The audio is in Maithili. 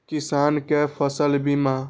किसान कै फसल बीमा?